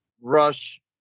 rush